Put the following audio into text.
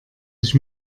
ich